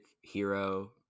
Hero